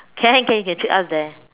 can can can treat us there